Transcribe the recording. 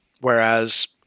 Whereas